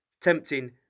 tempting